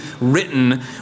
written